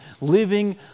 living